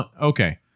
Okay